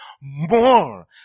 more